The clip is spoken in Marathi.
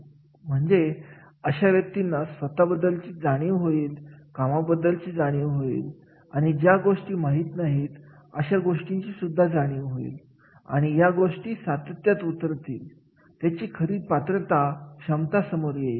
म्हणजे अशा व्यक्तींना स्वतःबद्दल जाणीव होईल कामाबद्दल जाणीव होईल आणि ज्या गोष्टी माहीत नाहीत अशा गोष्टींची सुद्धा जाणीव होईल आणि या गोष्टी सत्यात उतरतील त्यांची खरी पात्रता क्षमता समोर येईल